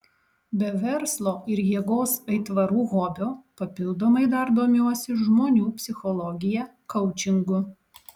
be verslo ir jėgos aitvarų hobio papildomai dar domiuosi žmonių psichologija koučingu